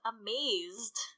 amazed